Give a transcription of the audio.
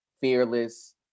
fearless